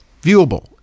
viewable